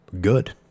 good